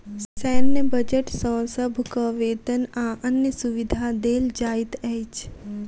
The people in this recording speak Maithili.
सैन्य बजट सॅ सभक वेतन आ अन्य सुविधा देल जाइत अछि